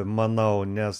manau nes